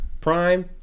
prime